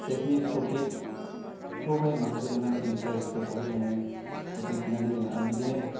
जायखिनि प्रफिटखौहाय माखासे मोननानैहाय इन्ट्रेस्टफोरखौहाय जोङो होफैफिननानै जोङो आरो बिदिनो